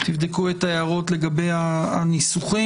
שתבדקו את ההערות לגבי הניסוחים.